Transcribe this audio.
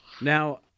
Now